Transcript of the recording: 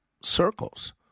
circles